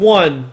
one